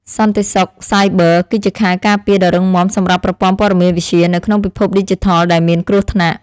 សន្តិសុខសាយប័រ គឺជាខែលការពារដ៏រឹងមាំសម្រាប់ប្រព័ន្ធព័ត៌មានវិទ្យានៅក្នុងពិភពឌីជីថលដែលមានគ្រោះថ្នាក់។